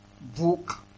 book